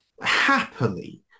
happily